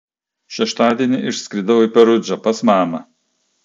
šeštadienį išskridau į perudžą pas mamą